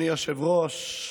אדוני היושב-ראש,